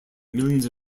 millions